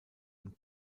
und